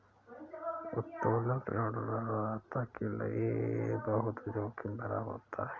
उत्तोलन ऋण ऋणदाता के लये बहुत जोखिम भरा होता है